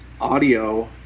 audio